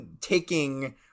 taking